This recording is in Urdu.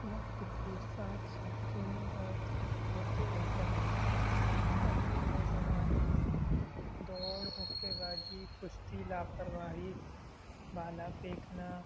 وقت کے ساتھ ساتھ کھیلوں کا ارتقا ہوتے رہتا ہے پہلے کے زمانے میں دوڑ مکے بازی کشتی لاپرواہی بھالا پھینکنا